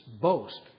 boast